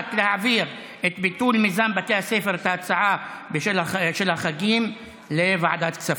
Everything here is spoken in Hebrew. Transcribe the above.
הוחלט להעביר את ההצעה בדבר ביטול מיזם בתי ספר של החגים לוועדת כספים.